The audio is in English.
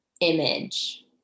image